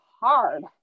hard